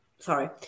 sorry